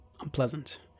unpleasant